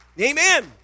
amen